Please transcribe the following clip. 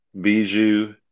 Bijou